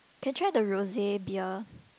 can try the Rosé beer